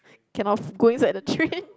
cannot f~ go inside the train